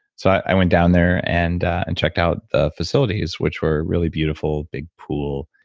so i went down there and and checked out the facilities, which were really beautiful, big pool.